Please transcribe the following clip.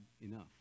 enough